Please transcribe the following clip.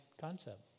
concept